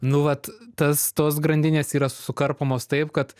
nu vat tas tos grandinės yra sukarpomos taip kad